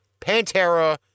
Pantera